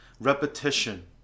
repetition